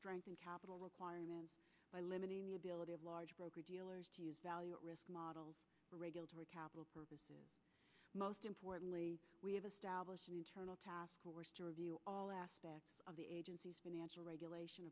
strengthen capital requirements by limiting the ability of large broker dealers to use value or risk models or regulatory capital purposes most importantly we have established task force to review all aspects of the agency's financial regulation